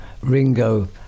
Ringo